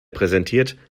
präsentiert